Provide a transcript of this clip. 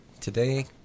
Today